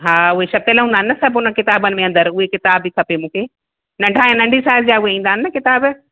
हा उहे छपियल हूंदा आहिनि सभु उन किताबनि में अंदरि उहे किताब बि खपे मूंखे नंढा ऐं नंढी साइज़ जा उहे ईंदा आहिनि न किताबु